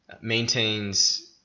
maintains